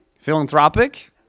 Philanthropic